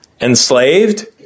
enslaved